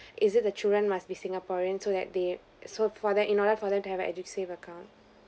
is it the children must be singaporean so that they so for that in order for them to have a edusave account